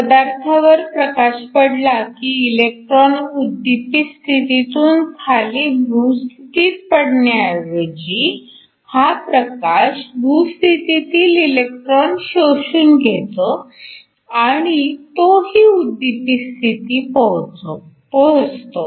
पदार्थावर प्रकाश पडला की इलेक्ट्रॉन उद्दीपित स्थितीतून खाली भू स्थितीत पडण्याऐवजी हा प्रकाश भू स्थितीतील इलेक्ट्रॉन शोषून घेतो आणि तोही उद्दीपित स्थितीत पोहचतो